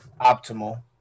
optimal